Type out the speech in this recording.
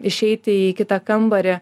išeiti į kitą kambarį